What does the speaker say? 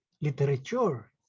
literature